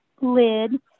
lid